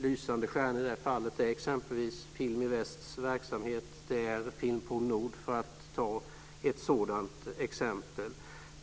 Lysande stjärnor i det fallet är exempelvis Film i Väst. Filmpool Nord är ett annat exempel.